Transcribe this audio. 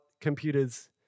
computers